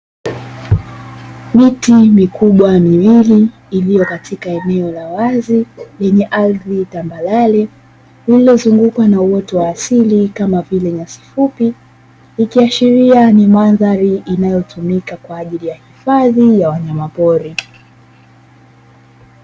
Miti mikubwa miwili iliyo katika eneo la wazi yenye ardhi tambarare, liliyozungukwa na uoto wa asili kama vile nyasi fupi ikiashiria kuwa ni mandhari inayotumika kwa ajili ya hifadhi ya wanyamapori.